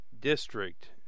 district